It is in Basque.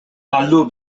galdu